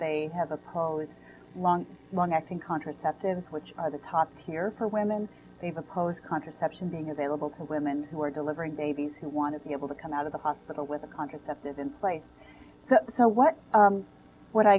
they have opposed long long acting contraceptives which are the top tier for women they've opposed contraception being available to women who are delivering babies who want to be able to come out of the hospital with a contraceptive in place so what what i